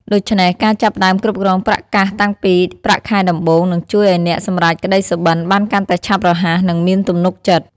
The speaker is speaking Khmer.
ដូច្នេះ ការចាប់ផ្ដើមគ្រប់គ្រងប្រាក់កាសតាំងពីប្រាក់ខែដំបូង នឹងជួយឲ្យអ្នកសម្រេចក្ដីសុបិនបានកាន់តែឆាប់រហ័ស និងមានទំនុកចិត្ត។